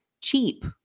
cheap